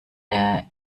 der